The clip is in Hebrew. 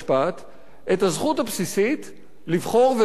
את הזכות הבסיסית לבחור ולהיבחר,